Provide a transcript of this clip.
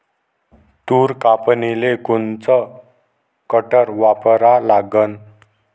तूर कापनीले कोनचं कटर वापरा लागन?